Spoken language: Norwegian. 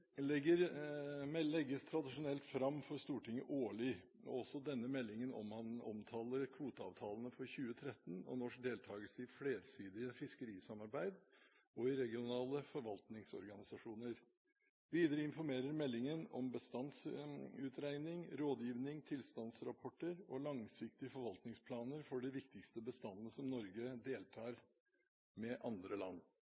legges tradisjonelt fram for Stortinget årlig. Denne meldingen omtaler kvoteavtalene for 2013 og norsk deltakelse i flersidig fiskerisamarbeid og i regionale forvaltningsorganisasjoner. Videre informerer man i meldingen om bestandsutregning, rådgivning, tilstandsrapporter og langsiktige forvaltningsplaner for de viktigste bestandene som Norge